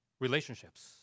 relationships